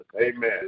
Amen